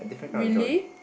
really